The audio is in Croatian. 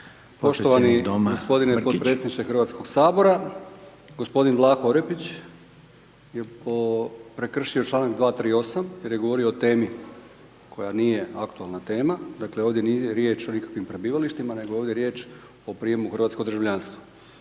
Poštovani potpredsjedniče Hrvatskog sabora. Gospodin Vlaho Orepić je prekršio članak 238. jer je govorio o temi koja nije aktualna tema, dakle ovdje nije riječ o nikakvim prebivalištima nego ovdje je riječ o prijemu u hrvatsko državljanstvo.